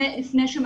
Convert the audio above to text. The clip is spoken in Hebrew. מה שגם